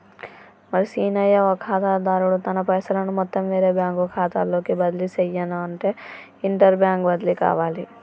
మరి సీనయ్య ఓ ఖాతాదారుడు తన పైసలను మొత్తం వేరే బ్యాంకు ఖాతాలోకి బదిలీ సెయ్యనఅంటే ఇంటర్ బ్యాంక్ బదిలి కావాలి